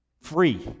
free